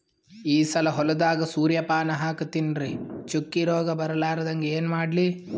ಈ ಸಲ ಹೊಲದಾಗ ಸೂರ್ಯಪಾನ ಹಾಕತಿನರಿ, ಚುಕ್ಕಿ ರೋಗ ಬರಲಾರದಂಗ ಏನ ಮಾಡ್ಲಿ?